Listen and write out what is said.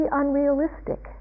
unrealistic